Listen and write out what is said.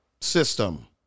system